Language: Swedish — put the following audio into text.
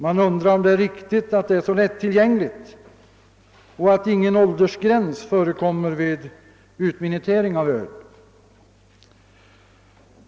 Man undrar om det är riktigt att det är så lättillgängligt och att ingen åldersgräns förekommer vid utminutering av öl.